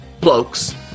blokes